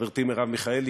חברתי מרב מיכאלי,